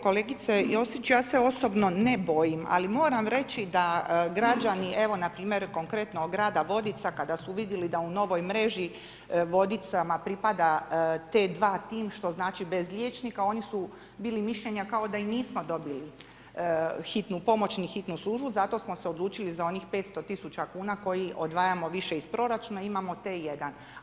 Kolegica Josić, ja se osobno ne bojim ali moram reći da građani evo npr. konkretno grada Vodica kada su vidjeli da u novoj mreži Vodicama pripada t2 tim, što znači bez liječnika, oni su bili mišljenja kao da i nismo dobili hitnu pomoć ni hitnu službu, zato smo se odlučili za onih 500 000 kn koje odvajamo više iz proračuna, imamo t1.